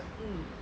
mm